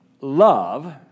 love